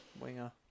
winger